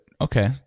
okay